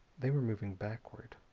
they were moving backward.